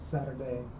Saturday